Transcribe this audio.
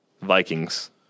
Vikings